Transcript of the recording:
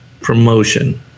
promotion